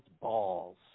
balls